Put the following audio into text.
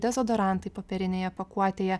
dezodorantai popierinėje pakuotėje